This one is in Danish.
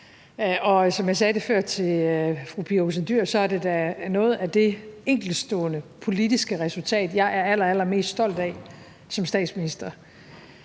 og som jeg sagde før til fru Pia Olsen Dyhr, er det da et af de enkeltstående politiske resultater, jeg er allerallermest stolt af som statsminister.